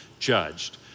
judged